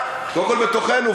קודם כול בתוכנו,